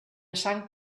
sang